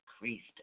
increased